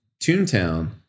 Toontown